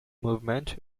movement